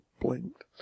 blinked